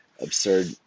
absurd